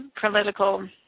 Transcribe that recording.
political